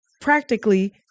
practically